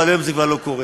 אבל היום זה כבר לא קורה,